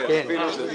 אני יכול לענות.